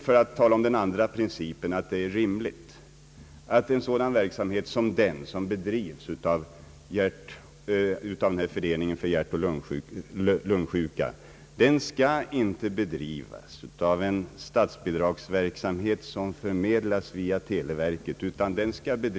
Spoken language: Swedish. För att tala om den andra principen, så anser vi det rimligt att en sådan verksamhet som bedrivs av Nationalföreningen mot hjärtoch lungsjukdomar inte skall bestridas av ett statsbidrag som förmedlas via televerket.